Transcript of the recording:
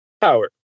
Power